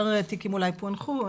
יותר תיקים אולי פוענחו.